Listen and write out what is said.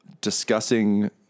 discussing